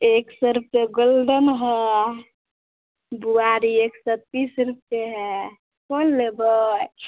एक सए रुपए गोल्डन है बुआरी एक सए तीस रुपए है कोन लेबै